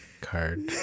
card